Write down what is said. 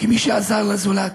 כמי שעזר לזולת.